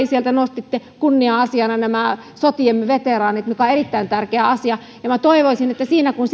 sieltä nostitte kunnia asiana nämä sotiemme veteraanit mikä on erittäin tärkeä asia niin toivoisin että siinä kun